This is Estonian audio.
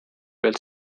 pealt